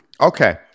Okay